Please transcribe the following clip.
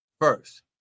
first